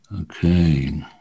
Okay